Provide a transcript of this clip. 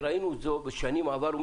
ראינו את זה בשנים עברו.